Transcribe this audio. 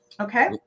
Okay